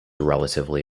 relatively